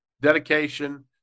dedication